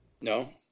No